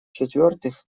четвертых